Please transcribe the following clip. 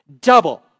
double